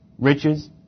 Riches